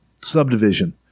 Subdivision